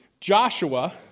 Joshua